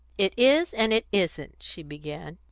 it is, and it isn't, she began.